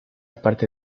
parte